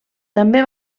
també